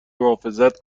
محافظت